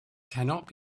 cannot